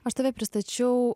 aš tave pristačiau